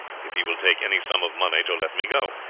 if he will take any sum of money to let me go